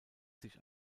sich